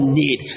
need